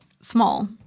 small